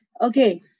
okay